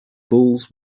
falls